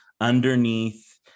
underneath